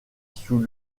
sous